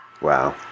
Wow